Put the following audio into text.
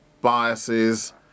biases